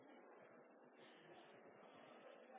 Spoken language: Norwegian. Rune